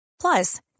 Plus